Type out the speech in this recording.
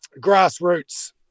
grassroots